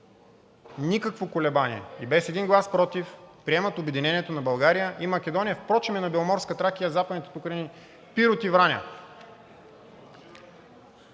никакво колебание и без един глас против приемат обединението на България и на Македония, впрочем и на Беломорска Тракия, Западните покрайнини, Пирот и Враня.